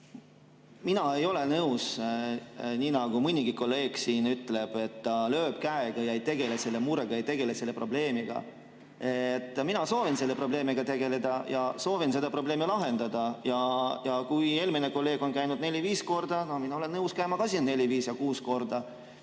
Mina ei ole nõus, nagu mõnigi kolleeg siin ütleb, et ta lööb käega ja ei tegele selle murega, ei tegele selle probleemiga. Mina soovin selle probleemiga tegeleda ja soovin selle probleemi lahendada. Kui kolleeg on käinud [puldis] neli-viis korda, siis mina olen nõus käima ka neli, viis ja kuus korda.